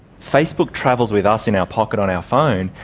facebook travels with us in our pocket on our phone.